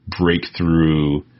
breakthrough